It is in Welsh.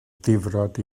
difrod